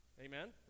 Amen